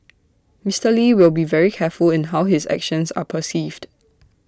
Mister lee will be very careful in how his actions are perceived